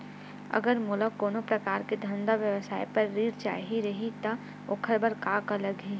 अगर मोला कोनो प्रकार के धंधा व्यवसाय पर ऋण चाही रहि त ओखर बर का का लगही?